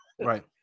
right